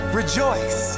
rejoice